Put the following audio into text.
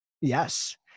Yes